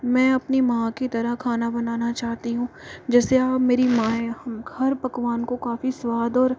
मैं अपनी माँ की तरह खाना बनाना चाहती हूँ जैसे मेरी माँ है हर पकवान को काफी स्वाद और